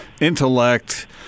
intellect